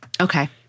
Okay